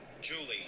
Julie